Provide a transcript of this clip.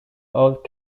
old